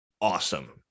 awesome